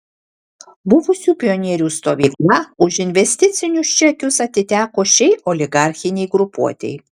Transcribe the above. buvusių pionierių stovykla už investicinius čekius atiteko šiai oligarchinei grupuotei